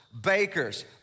bakers